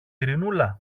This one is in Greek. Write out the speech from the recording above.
ειρηνούλα